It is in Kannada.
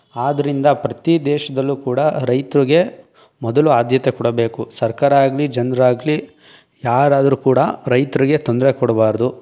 ಆದ್ದರಿಂದ ಪ್ರತಿ ದೇಶದಲ್ಲೂ ಕೂಡ ರೈತ್ರಿಗೆ ಮೊದಲು ಆದ್ಯತೆ ಕೊಡಬೇಕು ಸರ್ಕಾರ ಆಗಲಿ ಜನರಾಗ್ಲಿ ಯಾರಾದ್ರೂ ಕೂಡ ರೈತ್ರಿಗೆ ತೊಂದರೆ ಕೊಡಬಾರ್ದು